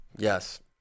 Yes